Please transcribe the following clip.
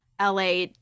la